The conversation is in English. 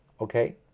Okay